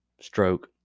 stroke